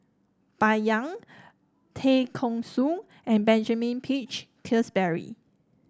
Bai Yan Tay Kheng Soon and Benjamin Peach Keasberry